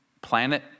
planet